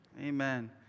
Amen